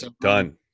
Done